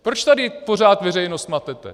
Proč tady pořád veřejnost matete?